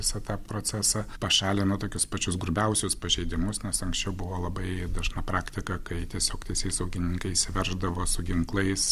visą tą procesą pašalino tokius pačius grubiausius pažeidimus nes anksčiau buvo labai dažna praktika kai tiesiog teisėsaugininkai įsiverždavo su ginklais